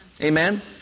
Amen